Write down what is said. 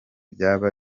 byaba